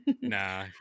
Nah